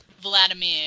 Vladimir